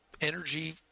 energy